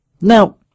Now